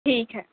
ٹھیک ہے